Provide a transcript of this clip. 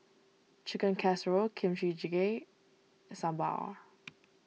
Chicken Casserole Kimchi Jjigae Sambar